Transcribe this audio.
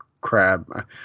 crab